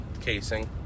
casing